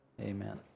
Amen